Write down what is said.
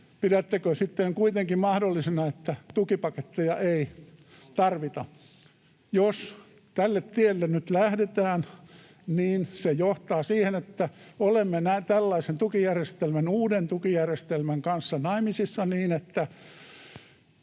pidättekö sitten kuitenkin mahdollisena, että tukipaketteja ei tarvita? Jos tälle tielle nyt lähdetään, niin se johtaa siihen, että olemme tällaisen tukijärjestelmän, uuden tukijärjestelmän, kanssa naimisissa niin, että